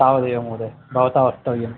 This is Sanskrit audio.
तावदेव महोदय भवता वक्तव्यम्